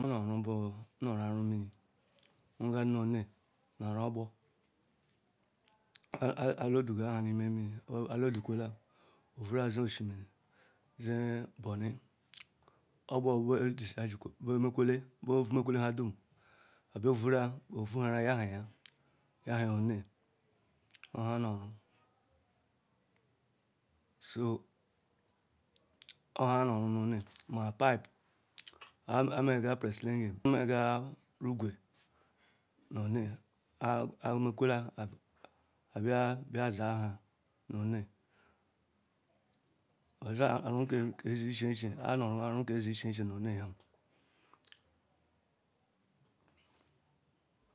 Nhame naru bu na aru aru mini. Nrugam nu onne ma nu ogbor aa loadgan nu ime mini bu a load kwolam vuruya jea oshimini jea bonny, ogbor be dischargekwe lem be mekwolen be vumekpenha dum be he vuruya yahanya yahanya onne ya bu nha anuru so nha bu nha anuru ma pipe ameya pepsling ing amega rukibe nu ome a amekwe lan abla ba saanya nu onne oza eru ke zi eche eche, ame eru eru kezi eche eche nu onne ham.